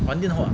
玩电话